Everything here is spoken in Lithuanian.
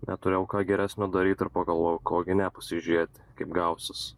neturėjau ką geresnio daryt ir pagalvojau ko gi ne pasižiūrėt kaip gausis